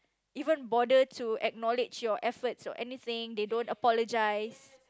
even bother to acknowledge your efforts or anything they don't apologise